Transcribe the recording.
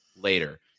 later